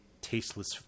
tasteless